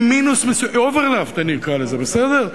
עם מינוס מסוים, אוברדרפט אני אקרא לזה, בסדר?